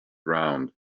round